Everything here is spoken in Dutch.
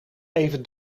even